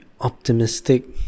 optimistic